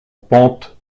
pente